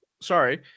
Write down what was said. sorry